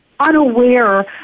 unaware